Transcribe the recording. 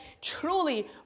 truly